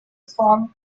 formed